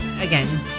again